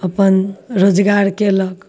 अपन रोजगार कयलक